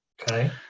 Okay